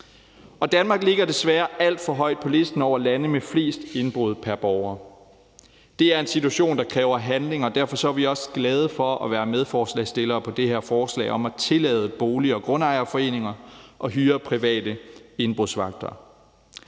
Danmark ligger desværre alt for højt på listen over lande med flest indbrud pr. borger. Det er en situation, der kræver handling, og derfor er vi også glade for at være medforslagsstillere på det her forslag om at tillade bolig- og grundejerforeninger at hyre private indbrudsvagter.